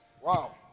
Wow